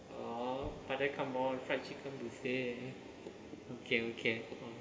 orh but then come on fried chicken buffet okay okay